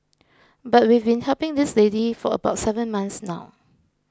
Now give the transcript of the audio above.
but we've been helping this lady for about seven months now